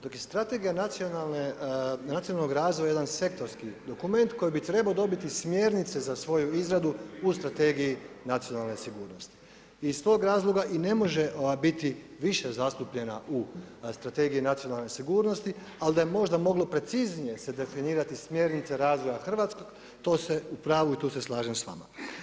Dakle, strategija nacionalnog razvoja je jedan sektorski dokument koji bi trebao dobiti smjernicu za svoju izradu u strategiji nacionalne sigurnosti iz tog razloga i ne može biti više zastupljena u strategiji nacionalne sigurnosti, ali da je možda moglo preciznije se definirati smjernice razvoja Hrvatske, to ste u pravu i tu se slažem s vama.